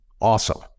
Awesome